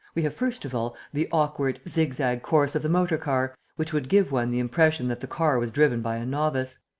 we have, first of all, the awkward, zigzag course of the motor-car, which would give one the impression that the car was driven by a novice.